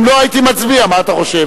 אם לא, הייתי מצביע, מה אתה חושב.